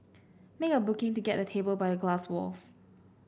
make a booking to get a table by a glass walls